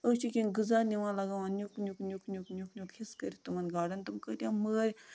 أسۍ چھِ کیٚنٛہہ غذا نِوان لگاوان نیُک نیُک نیُک نیُک نیُک نیُک حصہٕ کٔرِتھ تِمَن گاڈَن تِم کۭتیٛاہ مٲرۍ